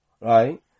right